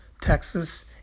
Texas